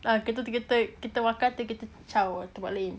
kit~ kita kita makan kita pastu kita ciao tempat lain